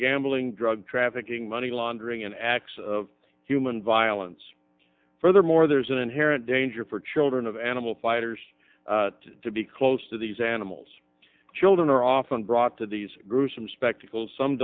gambling drug trafficking money laundering and acts of human violence furthermore there's an inherent danger for children of animal fighters to be close to these animals children are often brought to these gruesome spectacle some